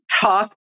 talk